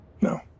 No